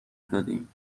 دادیم